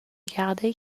garder